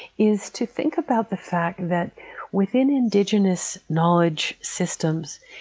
is to think about the fact that within indigenous knowledge systems,